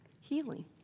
Healing